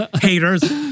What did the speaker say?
haters